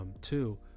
Two